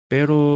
Pero